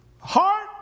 heart